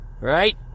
right